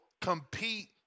compete